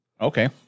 Okay